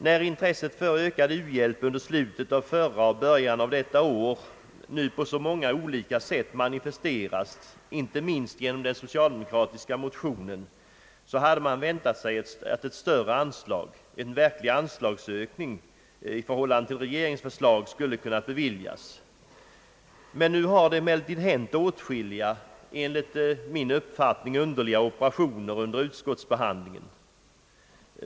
När intresset för ökad u-hjälp under slutet av förra året och början av detta år nu på så många olika sätt manifesterats, inte minst genom den socialdemokratiska motionen, hade man väntat att ett större anslag än vad regeringen föreslagit skulle kunnat beviljas. Nu har det emellertid hänt åtskilliga enligt min mening underliga operationer under utskottsbehandlingen.